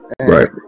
Right